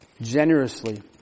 generously